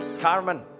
Carmen